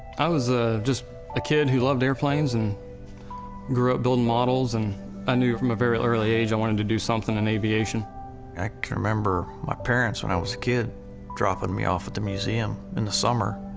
i was ah just kid who loved airplanes and grew up building models, and i knew from a very early age i wanted to do something in aviation. i can remember my parents when i was a kid dropping me off at the museum in the summer,